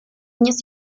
años